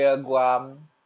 ah